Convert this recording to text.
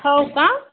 हो का